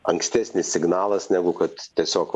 ankstesnis signalas negu kad tiesiog